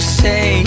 say